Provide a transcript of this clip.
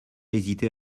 hésiter